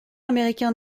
américain